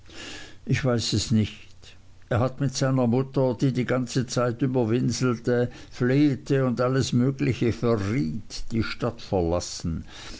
ich weiß es nicht er hat mit seiner mutter die die ganze zeit über winselte flehte und alles mögliche verriet die stadt verlassen